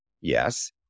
Yes